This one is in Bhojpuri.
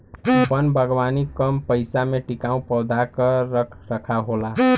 वन बागवानी कम पइसा में टिकाऊ पौधा क रख रखाव होला